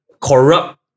corrupt